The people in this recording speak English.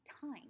time